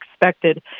expected